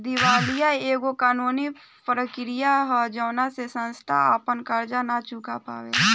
दिवालीया एगो कानूनी प्रक्रिया ह जवना में संस्था आपन कर्जा ना चूका पावेला